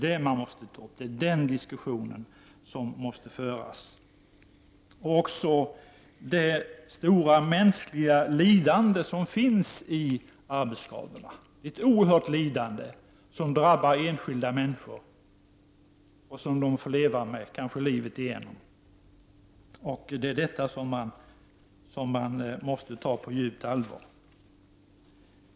Det är om detta diskussionen måste föras, liksom om det stora mänskliga lidande som arbetsskadorna innebär. Det är ett oerhört lidande som drabbar enskilda människor och som de får leva med, kanske livet igenom. Detta måste man ta på djupt allvar.